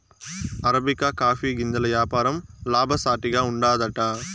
arabica coffee గింజల యాపారం లాభసాటిగా ఉండాదట